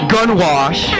Gunwash